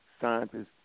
scientists